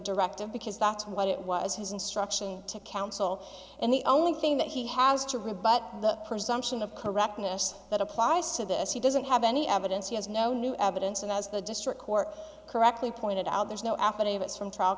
directive because that's what it was his instruction to counsel and the only thing that he has to rebut the presumption of correctness that applies to this he doesn't have any evidence he has no new evidence and as the district court correctly pointed out there's no affidavits from trial